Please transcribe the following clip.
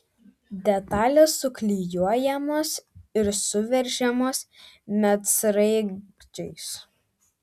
detalės suklijuojamos ir suveržiamos medsraigčiais